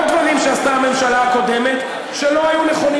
עוד דברים שעשתה הממשלה הקודמת שלא היו נכונים.